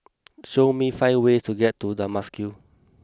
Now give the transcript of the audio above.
show me five ways to get to Damascus